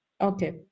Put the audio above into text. Okay